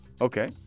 Okay